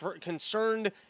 concerned